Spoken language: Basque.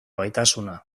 gaitasuna